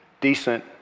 Decent